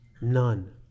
none